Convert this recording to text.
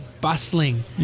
bustling